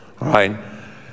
right